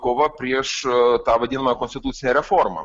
kova prieš tą vadiną konstitucinę reformą